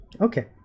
okay